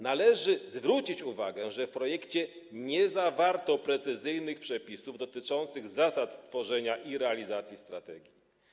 Należy zwrócić uwagę, że w projekcie nie zawarto precyzyjnych przepisów dotyczących zasad tworzenia i realizacji strategii.